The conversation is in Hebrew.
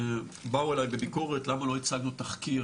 באו אלי בביקורת למה לא הצגנו תחקיר,